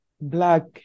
Black